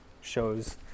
Shows